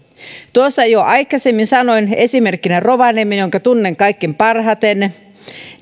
tuossa jo aikaisemmin sanoin esimerkkinä rovaniemen jonka tunnen kaikkein parhaiten